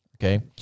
Okay